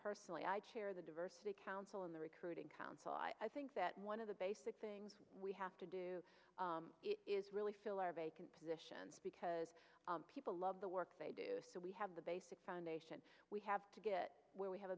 personally i chair the diversity council in the recruiting council i think that one of the basic things we have to do is really fill our vacant positions because people love the work they do so we have the basic foundation we have to get where we have